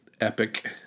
epic